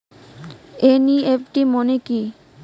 NEFT মনে কি?